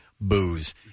Booze